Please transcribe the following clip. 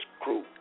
crew